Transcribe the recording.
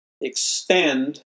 extend